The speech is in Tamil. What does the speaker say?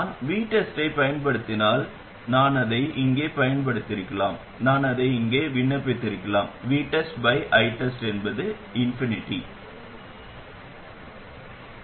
நான் VTESTஐப் பயன்படுத்தினால் நான் அதை இங்கே பயன்படுத்தியிருக்கலாம் நான் அதை அங்கே விண்ணப்பித்திருக்கலாம் VTESTITEST என்பது எல்லையற்றது